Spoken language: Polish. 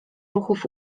ruchów